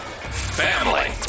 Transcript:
family